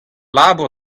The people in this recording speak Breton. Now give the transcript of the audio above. labour